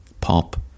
pop